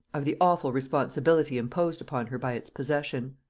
of the awful responsibility imposed upon her by its possession.